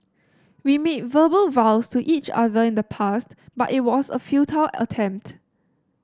we made verbal vows to each other in the past but it was a futile attempt